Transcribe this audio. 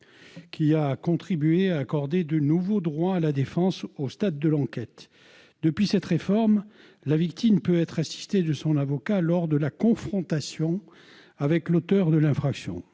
qui a contribué à accorder de nouveaux droits à la défense au stade de l'enquête. Depuis cette réforme, la victime peut être assistée de son avocat lors de la confrontation avec l'auteur de l'infraction.